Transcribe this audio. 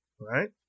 right